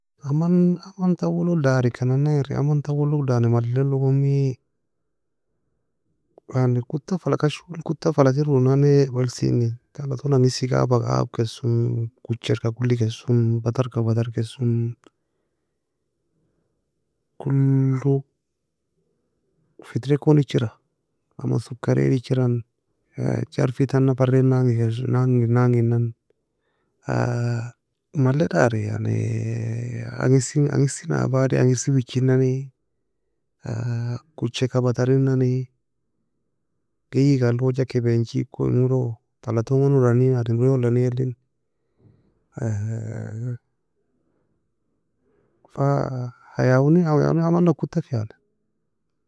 Aman aman tau lo darika nana iri? Aman taulo dari malaie logo mi. yani kutta fala kshu kuta falakir unane elsine, tala tone angisga aba abe keson kucherka kuli keson, batarka batar keson. Kulu فترة kon echira, aman sokarey lechiran, jarfi tana fary nagni kes naginan, naginan. Male dary yani, angisi angisini abade angisi wichinane. Kucheka batarinne, geyega aloja keben chiko engulo, tala tone ula near ademri ula neair eli. fa hayawani hayawani amana kuta fi yani.